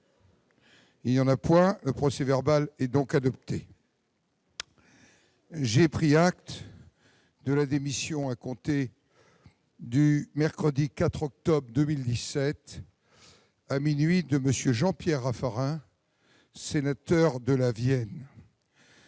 ?... Le procès-verbal est adopté. J'ai pris acte de la démission, à compter du mercredi 4 octobre 2017 à minuit, de M. Jean-Pierre Raffarin, sénateur de la Vienne.